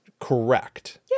correct